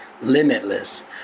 limitless